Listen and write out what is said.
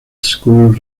school